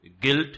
guilt